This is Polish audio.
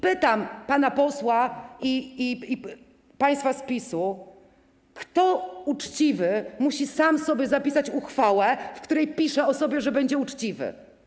Pytam pana posła i państwa z PiS-u: Kto uczciwy musi sam sobie napisać uchwałę, w której pisze o sobie, że będzie uczciwy?